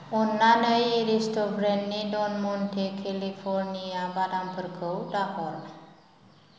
अननानै एरिस्ट' ब्रेन्ड नि ड'न म'न्टे केलिफर्निया बादामफोरखौ दाहर